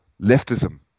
leftism